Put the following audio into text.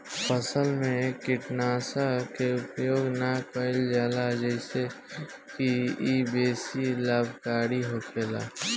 फसल में कीटनाशक के उपयोग ना कईल जाला जेसे की इ बेसी लाभकारी होखेला